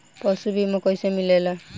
पशु बीमा कैसे मिलेला?